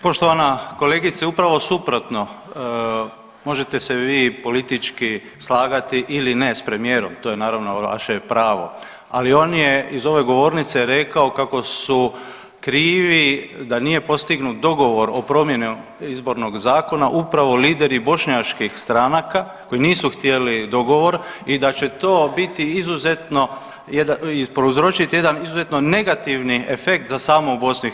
Poštovana kolegice upravo suprotno, možete se vi politički slagati ili ne s premijerom, to je naravno vaše pravo, ali on je iz ove govornice kako su krivi da nije postignut dogovor o promjeni izbornog zakona upravo lideri bošnjačkih stranaka koji nisu htjeli dogovor i da će to biti izuzetno, prouzročit jedan izuzetno negativni efekt za samu BiH.